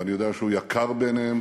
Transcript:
ואני יודע שהוא יקר בעיניהם,